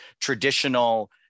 traditional